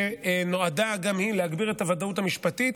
שנועדה גם היא להגביר את הוודאות המשפטית.